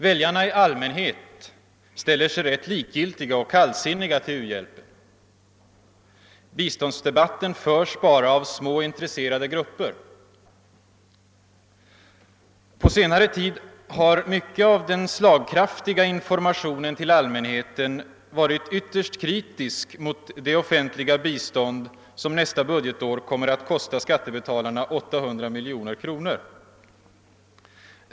Väljarna i allmänhet ställer sig rätt likgiltiga och kallsinniga till u-hjälpen. Biståndsdebatten förs bara av små intresserade grupper. På senare tid har mycket av den slagkraftiga informationen till allmänheten varit ytterst kritisk mot det offentliga bistånd, som nästa år kommer att kosta skattebetalarna 800 miljoner kronor.